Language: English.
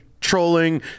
trolling